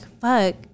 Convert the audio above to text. fuck